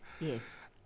Yes